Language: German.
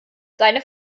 seine